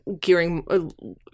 gearing